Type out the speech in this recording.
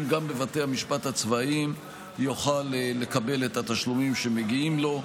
גם בבתי המשפט הצבאיים יוכל לקבל את התשלומים שמגיעים לו.